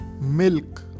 Milk